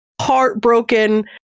heartbroken